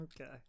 Okay